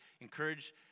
Encourage